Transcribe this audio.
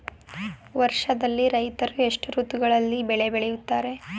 ವರ್ಷದಲ್ಲಿ ರೈತರು ಎಷ್ಟು ಋತುಗಳಲ್ಲಿ ಬೆಳೆ ಬೆಳೆಯುತ್ತಾರೆ?